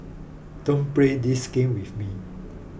don't play this game with me